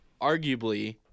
arguably